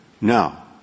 Now